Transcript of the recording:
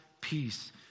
peace